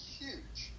huge